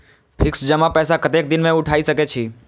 Fix जमा पैसा कतेक दिन में उठाई सके छी?